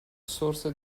sorse